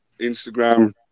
Instagram